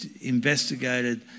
investigated